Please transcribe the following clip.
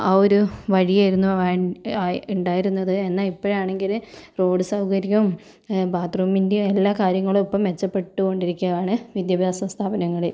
ആ ഒരു വഴിയായിരുന്നു വേ ഉണ്ടായിരുന്നത് എന്നാൽ ഇപ്പോഴാണെങ്കിൽ റോഡ് സൗകര്യവും ബാത്റൂമിൻ്റെയും എല്ലാ കാര്യങ്ങളും ഇപ്പം മെച്ചപ്പെട്ടോണ്ടിരിക്കുകയാണ് വിദ്യാഭ്യാസ സഥാപനങ്ങളിൽ